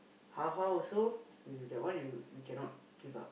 how how also that one you cannot give up